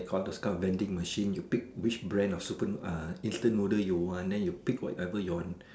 I want those kind of vending machine you pick which brand of super uh instant noodle you want then you pick whatever you want